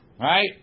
Right